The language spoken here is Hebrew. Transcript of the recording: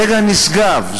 רגע נשגב,